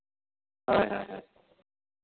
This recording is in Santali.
ᱦᱳᱭ ᱦᱳᱭ